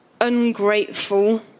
ungrateful